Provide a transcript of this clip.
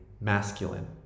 masculine